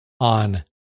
on